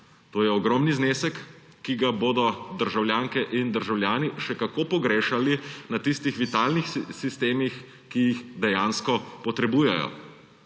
To je ogromen znesek, ki ga bodo državljanke in državljani še kako pogrešali na tistih vitalnih sistemih, ki jih dejansko potrebujejo: